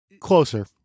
closer